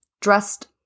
dressed